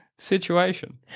Situation